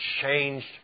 changed